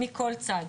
מכל צד.